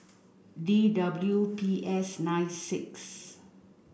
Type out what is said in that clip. D W P S nine six